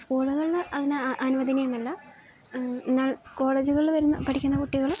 സ്കൂളുകളിൽ അതിന് അനുവദനീയമല്ല എന്നാൽ കോളേജുകളിൽ വരുന്ന പഠിക്കുന്ന കുട്ടികൾ